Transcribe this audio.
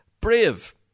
Brave